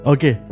Okay